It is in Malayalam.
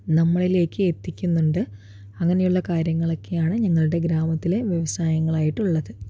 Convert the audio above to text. നമ്മളിലേക്ക് എത്തിക്കുന്നുണ്ട് അങ്ങനെയുള്ള കാര്യങ്ങളൊക്കെയാണ് ഞങ്ങളുടെ ഗ്രാമത്തിലെ വ്യവസായങ്ങളായിട്ടുള്ളത്